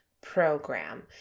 program